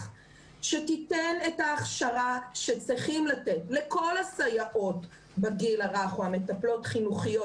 שתיתן את ההכשרה שצריכים לתת לכל הסייעות בגיל הרך או המטפלות-חינוכיות.